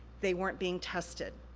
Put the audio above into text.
they weren't being tested.